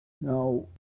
Now